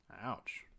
Ouch